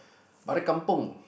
balik kampung